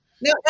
No